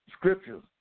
scriptures